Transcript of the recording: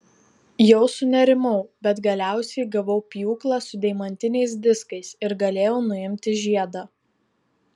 jau sunerimau bet galiausiai gavau pjūklą su deimantiniais diskais ir galėjau nuimti žiedą